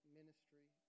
ministry